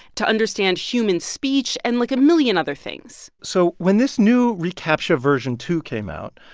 to understand human speech and, like, a million other things so when this new recaptcha version two came out,